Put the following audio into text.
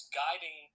guiding